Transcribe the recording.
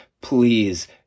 Please